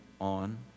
on